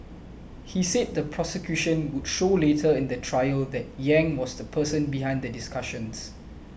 he said the prosecution would show later in the trial that Yang was the person behind the discussions